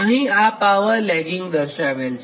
અહીં આ power lagging દર્શાવેલ છે